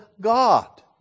God